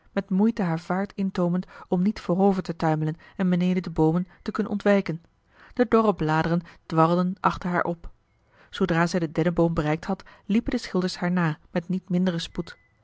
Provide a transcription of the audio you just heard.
met moeite haar vaart intoomend om niet voorover tetuimelen en beneden de boomen te kunnen ontwijken de dorre bladeren dwarrelden achter haar op zoodra zij den denneboom bereikt had liepen de schilders haar na met niet minderen spoed